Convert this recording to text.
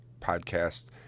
podcast